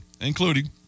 including